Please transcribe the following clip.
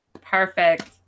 perfect